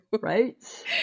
Right